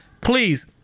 please